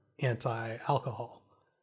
anti-alcohol